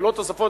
ללא תוספות,